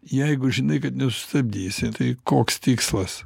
jeigu žinai kad nesustabdysi tai koks tikslas